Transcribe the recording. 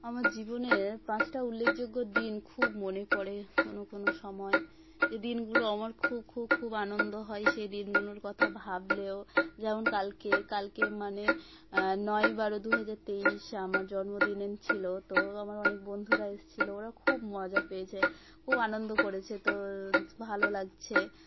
আমার জীবনের পাঁচটা উল্লেখযোগ্য দিন খুব মনে পড়ে কোনো কোনো সময় এ দিনগুলো আমার খুব খুব খুব আনন্দ হয় সে দিনগুলোর কথা ভাবলেও যেমন কালকে কালকে মানে নয় বারো দু হাজার তেইশ আমার জন্মদিন ছিল তো আমার অনেক বন্ধুরা এসেছিল ওরা খুব মজা পেয়েছে খুব আনন্দ করেছে তো ভালো লাগছে